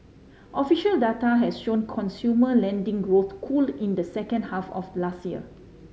official data has shown consumer lending growth cool in the second half of last year